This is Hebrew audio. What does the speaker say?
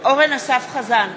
אורן אסף חזן,